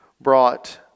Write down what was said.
brought